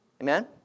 Amen